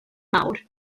mawr